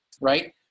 Right